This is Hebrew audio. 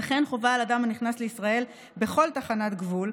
וכן חובה על אדם הנכנס לישראל בכל תחנת גבול,